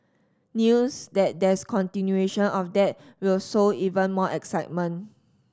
news that there's continuation of that will sow even more excitement